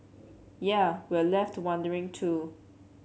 yea we're left wondering too